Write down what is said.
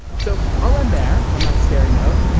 so, i'll end there, on that scary note.